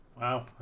Wow